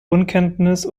unkenntnis